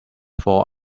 four